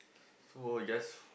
so we just